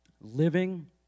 Living